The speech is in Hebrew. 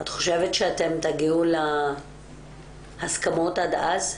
את חושבת שאתם תגיעו להסכמות עד אז?